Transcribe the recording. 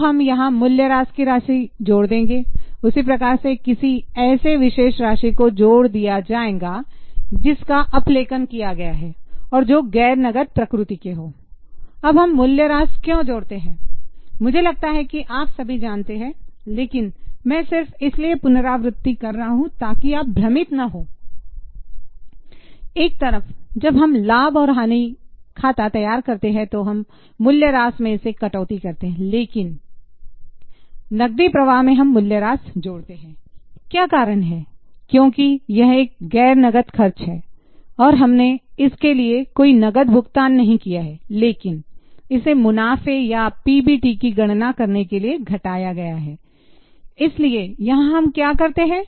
तो हम यहां मूल्यह्रास की राशि जोड़ देंगे उसी प्रकार से किसी ऐसी विशेष राशि को जोड़ दिया जाएगा जिसका अपलेखन किया गया है और जो गैर नगद प्रकृति के हो अब हम मूल्यह्रास क्यों जोड़ते हैं मुझे लगता है कि आप सभी जानते हैं लेकिन मैं सिर्फ इसलिए पुनरावृति कर रहा हूं ताकि आप भ्रमित ना हो एक तरफ जब हम लाभ और हानि खाता तैयार करते हैं तो हम मूल्य रास में कटौती करते हैं लेकिन नकदी प्रवाह में हम मूल्यह्रास जोड़ते हैं क्या कारण हैं क्योंकि यह एक गैर नगद खर्च है और हमने इसके लिए कोई नगद भुगतान नहीं किया है लेकिन इसे मुनाफे या PBT की गणना करने के लिए घटाया गया है इसलिए यहां हम क्या करते हैं